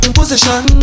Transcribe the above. position